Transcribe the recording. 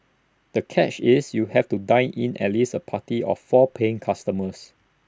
the catch is you have to dine in at least A party of four paying customers